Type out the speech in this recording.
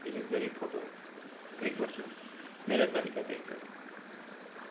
विशेष गरी photo click गर्छु मेरो तरिका त्यस्तै छ